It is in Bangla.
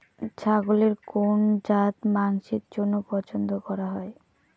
ছাগলের কোন জাত মাংসের জন্য পছন্দ করা হয়?